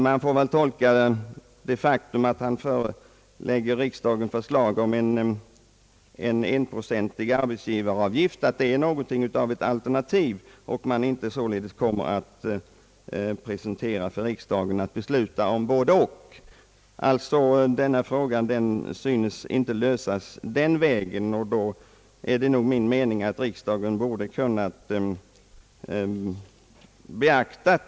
Det faktum att finansministern förelägger riksdagen förslag om en enprocentig arbetsgivaravgift får väl tolkas som ett alternativ. Troligtvis kommer riksdagen inte att få ta ställning till något både-och. Den av motionärerna aktualiserade frågan kommer således inte att lösas i sådant sammanhang.